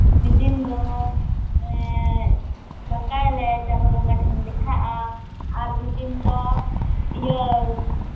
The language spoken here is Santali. ᱢᱤᱫ ᱫᱤᱱ ᱫᱚ ᱫᱟᱠᱟᱭᱟᱞᱮ ᱪᱟᱸᱫᱚ ᱵᱚᱸᱜᱟ ᱴᱷᱮᱱ ᱞᱮᱠᱷᱟᱜᱼᱟ ᱟᱨ ᱢᱤᱫ ᱫᱤᱱ ᱫᱚ ᱤᱭᱟᱹ